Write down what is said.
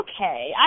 Okay